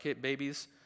babies